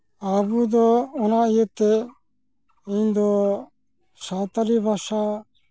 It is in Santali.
ᱟᱵᱚ ᱫᱚ ᱚᱱᱟ ᱤᱭᱟᱹᱛᱮ ᱤᱧ ᱫᱚ ᱥᱟᱱᱛᱟᱲᱤ ᱵᱷᱟᱥᱟ